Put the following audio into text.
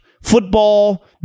football